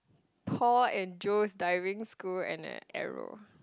Paul and Joe's Diving School and an arrow